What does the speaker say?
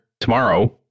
tomorrow